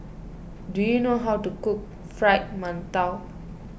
do you know how to cook Fried Mantou